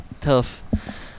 tough